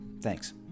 Thanks